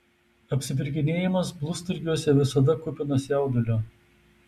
apsipirkinėjimas blusturgiuose visada kupinas jaudulio